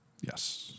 Yes